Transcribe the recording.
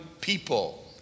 people